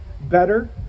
better